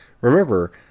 Remember